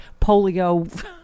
polio